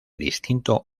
distinto